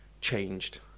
changed